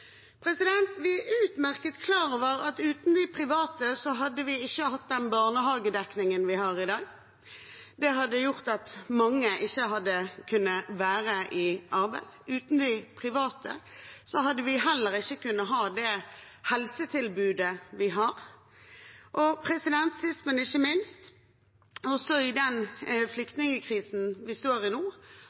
Vi er utmerket klar over at uten de private hadde vi ikke har hatt den barnehagedekningen vi har i dag. Det hadde gjort at mange ikke hadde kunnet være i arbeid. Uten de private hadde vi heller ikke kunnet ha det helsetilbudet vi har, og sist, men ikke minst, i den flyktningkrisen vi står i